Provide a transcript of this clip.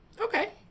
Okay